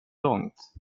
långt